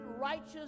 righteous